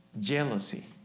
jealousy